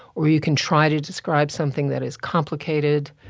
or you can try to describe something that is complicated,